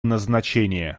назначения